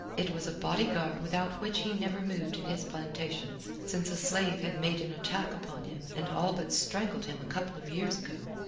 it was a bodyguard without which he never moved in his plantations since a slave had made an attack upon him and all but strangled him a couple of years ago.